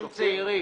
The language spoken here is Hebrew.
שופטים צעירים.